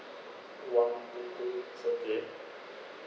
one to two weeks okay